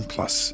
Plus